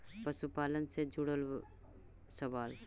पशुपालन से जुड़ल सवाल?